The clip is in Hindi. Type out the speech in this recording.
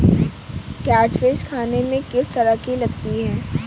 कैटफिश खाने में किस तरह की लगती है?